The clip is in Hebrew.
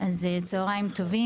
צוהריים טובים.